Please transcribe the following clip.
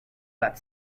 that